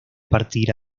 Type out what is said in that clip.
partir